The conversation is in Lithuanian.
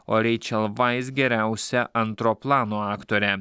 o reičel vais geriausia antro plano aktore